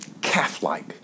Calf-like